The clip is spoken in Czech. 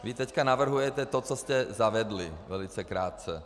Vy teď navrhujete to, co jste zavedli, velice krátce.